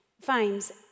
finds